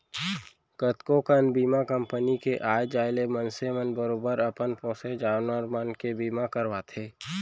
कतको कन बीमा कंपनी के आ जाय ले मनसे मन बरोबर अपन पोसे जानवर मन के बीमा करवाथें